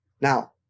Now